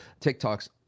TikToks